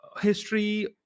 history